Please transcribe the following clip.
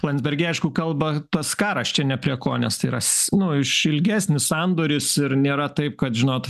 landsbergiai aišku kalba tas karas čia ne prie ko nes tai yra nu iš ilgesnis sandoris ir nėra taip kad žinot